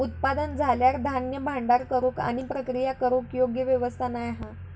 उत्पादन झाल्यार धान्य भांडार करूक आणि प्रक्रिया करूक योग्य व्यवस्था नाय हा